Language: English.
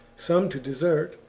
some to desert,